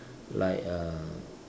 like uh